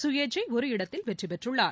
சுயேச்சை ஒரு இடத்தில் வெற்றிபெற்றுள்ளார்